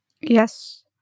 Yes